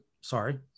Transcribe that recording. Sorry